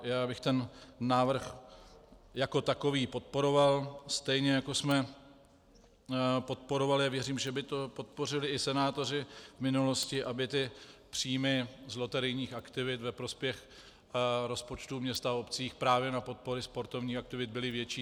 Já bych ten návrh jako takový podporoval, stejně jako jsme podporovali a věřím, že by to podpořili i senátoři v minulosti, aby příjmy z loterijních aktivit ve prospěch rozpočtu měst a obcí právě na podporu sportovních aktivit byly větší.